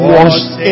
Washed